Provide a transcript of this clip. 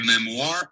memoir